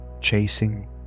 Chasing